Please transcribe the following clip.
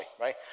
right